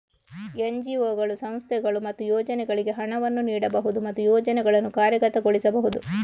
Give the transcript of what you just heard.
ಎನ್.ಜಿ.ಒಗಳು, ಸಂಸ್ಥೆಗಳು ಮತ್ತು ಯೋಜನೆಗಳಿಗೆ ಹಣವನ್ನು ನೀಡಬಹುದು ಮತ್ತು ಯೋಜನೆಗಳನ್ನು ಕಾರ್ಯಗತಗೊಳಿಸಬಹುದು